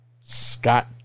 Scott